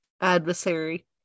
adversary